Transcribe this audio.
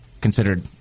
considered